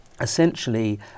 essentially